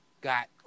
got